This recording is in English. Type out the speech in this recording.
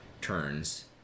turns